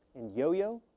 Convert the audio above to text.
and yo-yo.